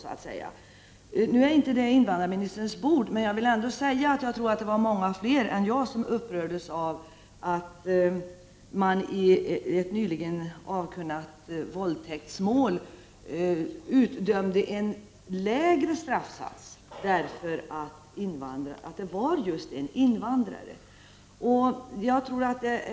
Det är visserligen inte invandrarministerns bord, men jag tror att det var många fler än jag som upprördes av att man i en nyligen avkunnad dom i ett våldtäktsmål utdömde en lägre straffsats eftersom gärningsmannen var invandrare.